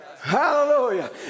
Hallelujah